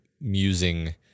musing